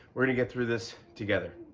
we're gonna get through this together.